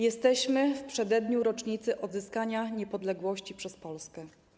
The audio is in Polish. Jesteśmy w przededniu rocznicy odzyskania niepodległości przez Polskę.